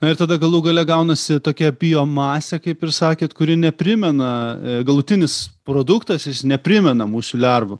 na ir tada galų gale gaunasi tokia biomasė kaip ir sakėt kuri neprimena galutinis produktas jis neprimena musių lervų